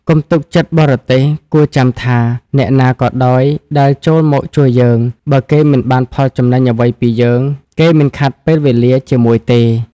កុំទុកចិត្តបរទេសគួរចាំថា អ្នកណាក៏ដោយដែលចូលមកជួយយើង បើគេមិនបានផលចំណេញអ្វីពីយើង គេមិនខាតពេលវេលាជាមួយទេ។